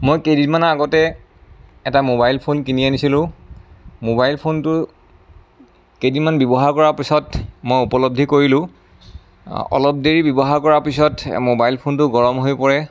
মই কেইদিনমানৰ আগতে এটা মোবাইল ফোন কিনি আনিছিলোঁ মোবাইল ফোনটো কেইদিনমান ব্য়ৱহাৰ কৰা পিছত মই উপলব্ধি কৰিলোঁ অলপ দেৰি ব্য়ৱহাৰ কৰা পিছত মোবাইল ফোনটো গৰম হৈ পৰে